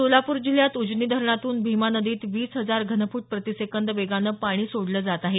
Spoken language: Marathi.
सोलापूर जिल्ह्यात उजनी धरणातून भिमा नदीत वीस हजार घनफूट प्रतिसेकंद वेगानं पाणी सोडलं जात आहे